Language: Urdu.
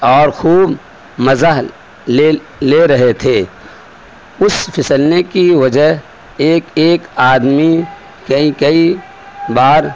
اور خوب مزہ لے لے رہے تھے اس پھسلنے کی وجہ ایک ایک آدمی کئی کئی بار